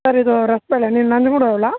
sir ಇದು ರಸಬಾಳೆ ನೀವು ನಂಜನ್ಗೂಡು ಅವ್ರು ಅಲ್ಲಾ